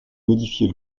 modifier